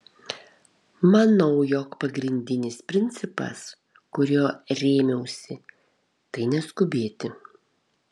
manau jog pagrindinis principas kuriuo rėmiausi tai neskubėti